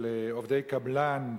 של עובדי קבלן,